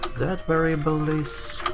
that variable is.